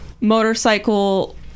motorcycle